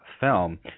film